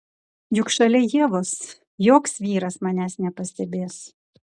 juk šalia ievos joks vyras manęs nepastebės